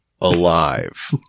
alive